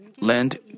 land